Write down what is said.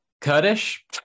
Kurdish